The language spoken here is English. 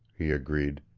he agreed.